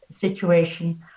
situation